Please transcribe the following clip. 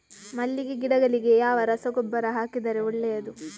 ಮಲ್ಲಿಗೆ ಗಿಡಗಳಿಗೆ ಯಾವ ರಸಗೊಬ್ಬರ ಹಾಕಿದರೆ ಒಳ್ಳೆಯದು?